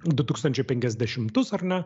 du tūkstančiai penkiasdešimtus ar ne